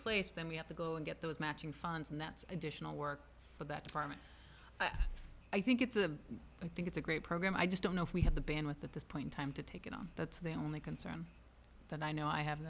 place then we have to go and get those matching funds and that's additional work for that department i think it's a i think it's a great program i just don't know if we have the band with at this point time to take it on that's the only concern that i know i have